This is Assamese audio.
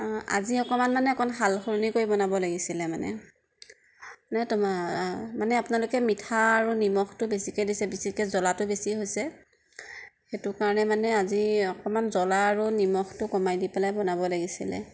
আজি অকণমান মানে অকণমান সালসলনি কৰি বনাব লাগিছিল মানে মানে তোমাৰ মানে আপোনালোকে মিঠা আৰু নিমখটো বেছিকৈ দিছে বেছিকে জ্বলাটো বেছি হৈছে সেইটো কাৰণে মানে আজি অকণমান জ্বলা আৰু নিমখটো কমাই দি পেলাই বনাব লাগিছিল